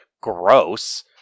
gross